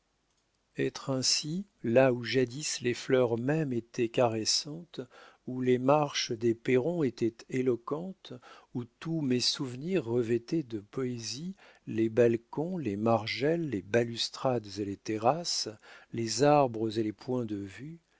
être ainsi là où jadis les fleurs mêmes étaient caressantes où les marches des perrons étaient éloquentes où tous mes souvenirs revêtaient de poésie les balcons les margelles les balustrades et les terrasses les arbres et les points de vue